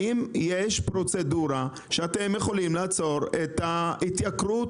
האם יש פרוצדורה שאתם יכולים לעצור את ההתייקרות?